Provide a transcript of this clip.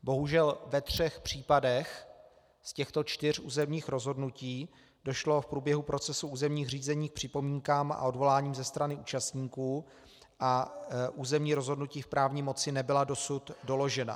Bohužel ve třech případech z těchto čtyř územních rozhodnutí došlo v průběhu procesu územních řízení k připomínkám a odvoláním ze strany účastníků a územní rozhodnutí v právní moci nebyla dosud doložena.